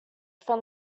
from